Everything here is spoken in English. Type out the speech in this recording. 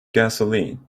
gasoline